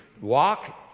Walk